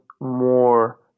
more